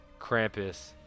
Krampus